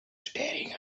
staring